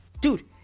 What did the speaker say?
dude